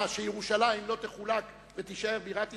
שירושלים לא תחולק ותישאר בירת ישראל,